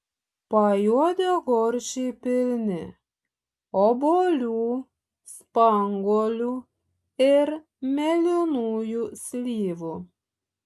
pajuodę gorčiai pilni obuolių spanguolių ir mėlynųjų slyvų